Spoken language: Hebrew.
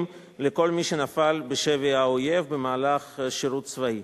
לכל מי שנפל בשבי האויב במהלך שירות צבאי.